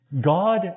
God